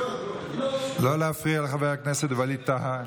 לא להפריע לחבר הכנסת ווליד טאהא.